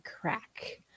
crack